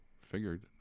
Figured